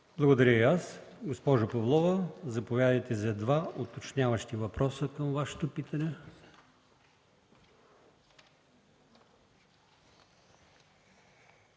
Благодаря и аз. Госпожо Павлова, заповядайте за два уточняващи въпроса по Вашето питане.